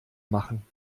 machen